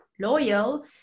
loyal